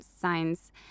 signs